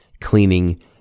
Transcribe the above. cleaning